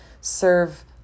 serve